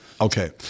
Okay